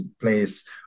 place